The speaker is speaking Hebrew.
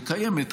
היא קיימת,